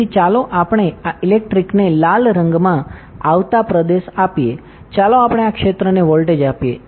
તેથી ચાલો આપણે આ ઇલેક્ટ્રિકને લાલ રંગમાં આવતા પ્રદેશ આપીએ ચાલો આપણે આ ક્ષેત્રને વોલ્ટેજ આપીએ